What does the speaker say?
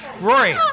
rory